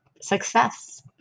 success